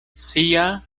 sia